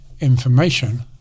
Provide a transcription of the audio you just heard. information